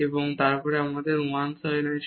এবং তারপর আমাদের 1 sin আছে